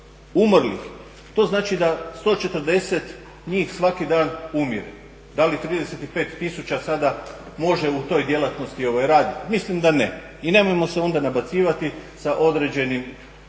to znači da 140 njih svaki dan umire. Da li 35 tisuća sada može u toj djelatnosti raditi? Mislim da ne i nemojmo se onda nabacivati sa određenim